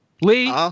Lee